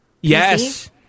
yes